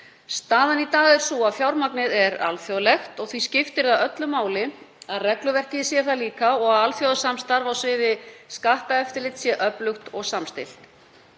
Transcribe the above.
Staðan í dag er sú að fjármagnið er alþjóðlegt og því skiptir öllu máli að regluverkið sé það líka og að alþjóðasamstarf á sviði skatteftirlits sé öflugt og samstillt.